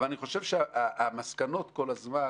אני חושב שהמסקנות כל הזמן